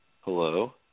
Hello